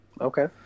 Okay